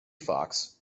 fox